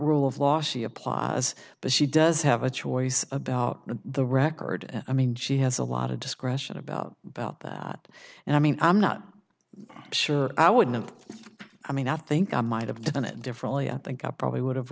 rule of law she applies as the she does have a choice about the record and i mean she has a lot of discretion about about that and i mean i'm not sure i wouldn't i mean i think i might have done it differently i think i probably would have